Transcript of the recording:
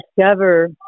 discover